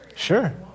sure